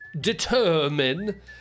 determine